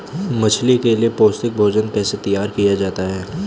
मछली के लिए पौष्टिक भोजन कैसे तैयार किया जाता है?